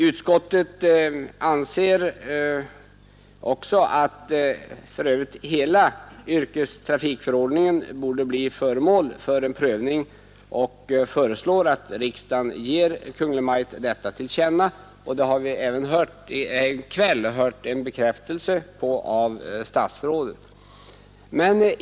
Utskottet anser för övrigt att hela yrkestrafikförordningen borde bli föremål för en prövning och föreslår att riksdagen ger Kungl. Maj:t detta till känna. Att en sådan prövning kommer till stånd har vi också fått en bekräftelse på av statsrådet.